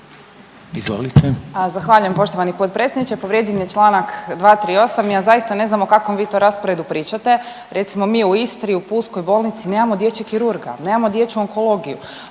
(SDP)** Zahvaljujem poštovani potpredsjedniče, povrijeđen je čl. 238., ja zaista ne znam o kakvom vi to rasporedu pričate. Recimo mi u Istri u Pulskoj bolnici nemamo dječjeg kirurga, nemamo dječju onkologiju,